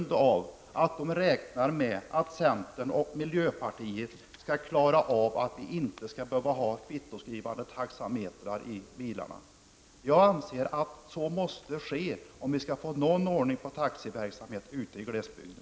De räknar med att centern och miljöpartiet skall se till att de inte behöver ha kvittoskrivande taxametrar i bilarna. Jag anser att så måste ske -- att sådana taxametrar skall finnas -- om vi skall få någon ordning på taxiverksamheten ute i glesbygden.